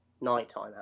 nighttime